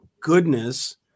goodness